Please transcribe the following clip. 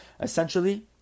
Essentially